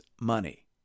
money